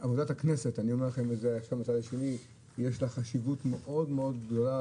הכנסת יש חשיבות מאוד מאוד גדולה,